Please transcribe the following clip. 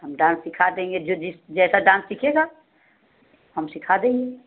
हम डांस सिखा देंगे जो जैसा डांस सिखेगा हम सिखा देंगे